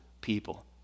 people